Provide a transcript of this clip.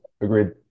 agreed